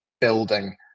building